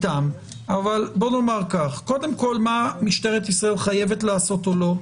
אבל קודם כל מה משטרת ישראל חייבת לעשות או לא,